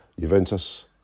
Juventus